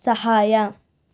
ಸಹಾಯ